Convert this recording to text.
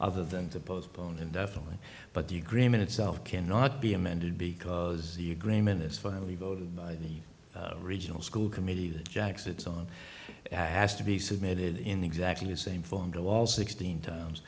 other than to postponed indefinitely but the agreement itself cannot be amended because the agreement is finally voted by the regional school committee that jacks its own has to be submitted in exactly the same form the wall sixteen times